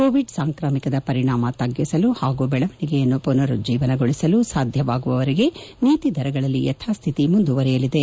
Covid ಸಾಂಕಾಮಿಕದ ಪರಿಣಾಮ ತಗ್ಗಿಸಲು ಪಾಗೂ ಬೆಳವಣಿಗೆಯನ್ನು ಪುನರುಜ್ಜೀವನಗೊಳಿಸಲು ಸಾಧ್ಯವಾಗುವವರೆಗೆ ನೀತಿ ದರಗಳಲ್ಲಿ ಯಥಾಸ್ಥಿತಿ ಮುಂದುವರೆಯಲಿದೆ